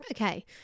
Okay